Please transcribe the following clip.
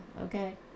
okay